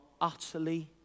utterly